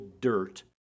dirt